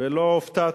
ולא הופתעתי,